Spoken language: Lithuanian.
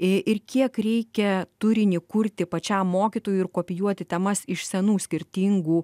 ir kiek reikia turinį kurti pačiam mokytojui ir kopijuoti temas iš senų skirtingų